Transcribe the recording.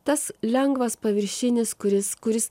tas lengvas paviršinis kuris kuris